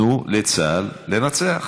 תנו לצה"ל לנצח.